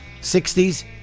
60s